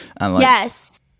Yes